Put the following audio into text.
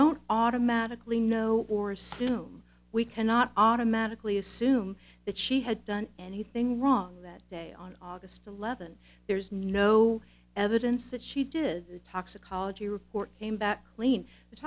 don't automatically know or assume we cannot automatically assume that she had done anything wrong that day on august eleventh there's no evidence that she did the toxicology report came back clean the